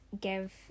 give